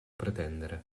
pretendere